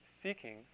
seeking